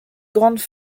grandes